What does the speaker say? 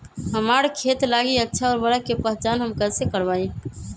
हमार खेत लागी अच्छा उर्वरक के पहचान हम कैसे करवाई?